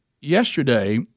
yesterday